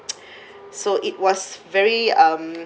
so it was very um